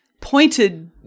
pointed